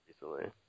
recently